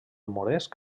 moresc